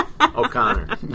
O'Connor